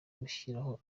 gushyiraho